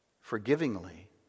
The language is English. forgivingly